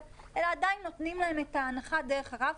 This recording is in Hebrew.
אלא עדיין נותנים להם את ההנחה דרך הרב-קו.